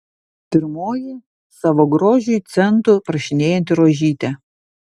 pirmoji savo grožiui centų prašinėjanti rožytė